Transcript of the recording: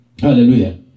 hallelujah